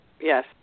yes